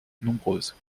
nombreuses